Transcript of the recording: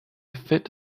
fit